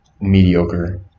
mediocre